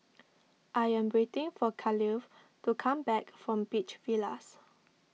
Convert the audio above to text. I am waiting for Khalil to come back from Beach Villas